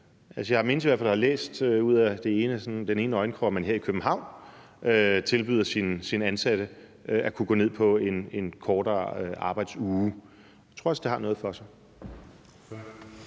Jeg mindes i hvert fald at have læst sådan ud af den ene øjenkrog, at man her i København tilbyder sine ansatte at kunne gå ned på en kortere arbejdsuge. Jeg tror også, det har noget på sig.